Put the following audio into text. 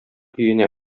өенә